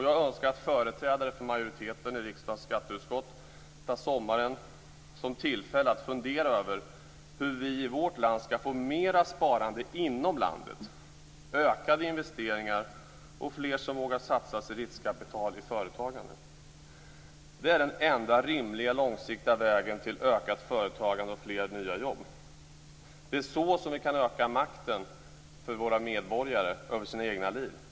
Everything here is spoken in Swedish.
Jag önskar att företrädare för majoriteten i riksdagens skatteutskott tar sommaren som tillfälle att fundera över hur vi i vårt land skall få mer sparande inom landet, ökade investeringar och fler som vågar satsa sitt riskkapital i företagande. Det är den enda rimliga långsiktiga vägen till ökat företagande och fler nya jobb. Det är så vi kan öka våra medborgares makt över sina egna liv.